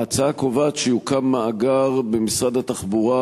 ההצעה קובעת שיוקם מאגר במשרד התחבורה,